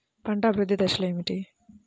పంట అభివృద్ధి దశలు ఏమిటి?